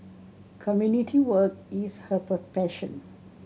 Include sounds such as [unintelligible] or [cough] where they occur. community work is her [unintelligible] passion